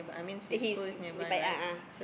uh he's dia baik a'ah